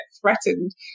threatened